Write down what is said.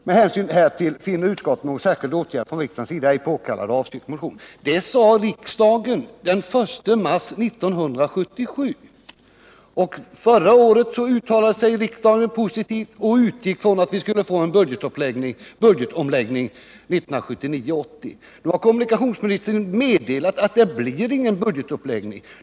Med hänsyn härtill finner utskottet någon särskild åtgärd från riksdagens sida ej påkallad och avstyrker motionen.” Detta betänkande avgav utskottet den I mars 1977, och vid föregående riksmöte uttalade sig riksdagen positivt och utgick från att vi skulle få en budgetomläggning 1979/80. Nu har kommunikationsministern meddelat att det inte blir någon budgetomläggning.